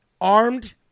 armed